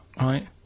right